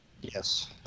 Yes